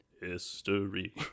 history